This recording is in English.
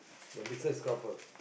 the misses cover